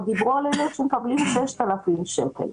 על אלה שמקבלים 6,000 שקל,